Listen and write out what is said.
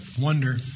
wonder